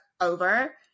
over